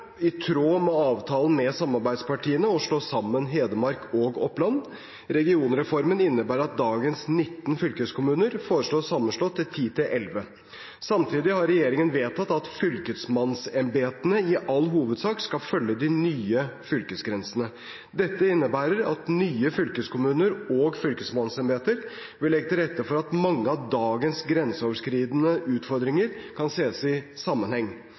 i tråd med avtalen med samarbeidspartiene, å slå sammen Hedmark og Oppland. Regionreformen innebærer at dagens 19 fylkeskommuner foreslås sammenslått til 10–11. Samtidig har regjeringen vedtatt at fylkesmannsembetene i all hovedsak skal følge de nye fylkesgrensene. Dette innebærer at nye fylkeskommuner og fylkesmannsembeter vil legge til rette for at mange av dagens grenseoverskridende utfordringer kan ses i sammenheng.